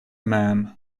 man